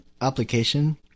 application